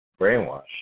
brainwashed